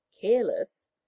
careless